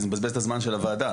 זה מבזבז את הזמן של הוועדה.